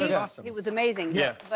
yeah awesome. he was amazing. yeah